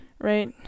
right